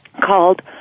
called